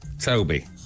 Toby